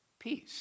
Peace